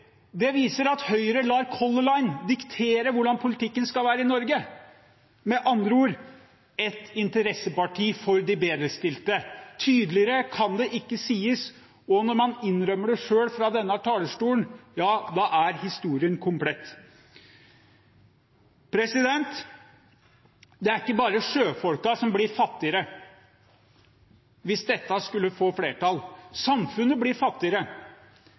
viser at Høyre lar Color Line diktere hvordan politikken skal være i Norge. Med andre ord: De er et interesseparti for de bedrestilte. Tydeligere kan det ikke sies. Og når man innrømmer det selv fra denne talerstolen, ja, da er historien komplett. Det er ikke bare sjøfolka som blir fattigere hvis dette skulle få flertall. Samfunnet blir fattigere.